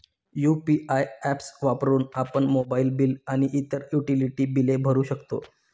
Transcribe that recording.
UPI apps वापरून आपण mobile bill आणि इतर युटिलिटी बिले भरू शकतो